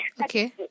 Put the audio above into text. Okay